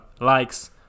likes